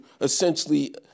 essentially